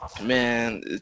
Man